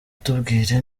tubwire